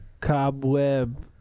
Cobweb